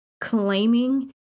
claiming